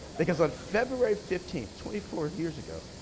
because on february fifteenth, twenty four years ago,